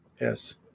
Yes